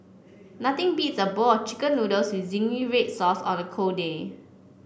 nothing beats a bowl of chicken noodles with zingy red sauce on a cold day